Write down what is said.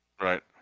Right